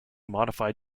modified